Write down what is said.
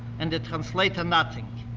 and the translator nothing.